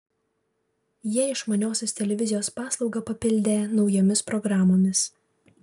jie išmaniosios televizijos paslaugą papildė naujomis programomis